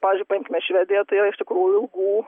pavyzdžiui paimkime švediją tai yra iš tikrųjų ilgų